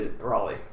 Raleigh